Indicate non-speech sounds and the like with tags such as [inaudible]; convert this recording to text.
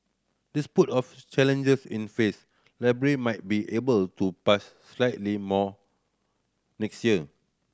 [unintelligible] of challenges in face Libya might be able to [unintelligible] slightly more next year